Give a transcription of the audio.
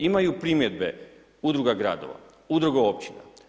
Imaju primjedbe Udruga gradova, Udruga općina.